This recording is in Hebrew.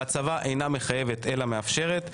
ההצבה אינה מחייבת, היא מאפשרת.